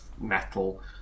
metal